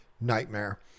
nightmare